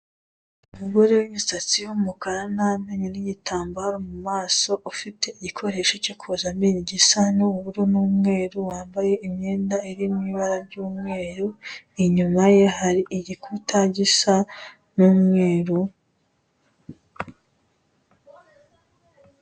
Umugore w'imisatsi y'umukara n'amenyo n'igitambaro mu maso ufite igikoresho cyo koza amenyo gisa n'ubururu ni umweru wambaye imyenda irimo ibara ry'umweru inyuma ye hari igikuta gisa ni umweru.